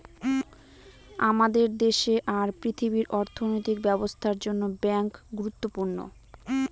আমাদের দেশে আর পৃথিবীর অর্থনৈতিক ব্যবস্থার জন্য ব্যাঙ্ক গুরুত্বপূর্ণ